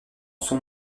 son